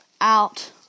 out